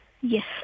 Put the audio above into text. Yes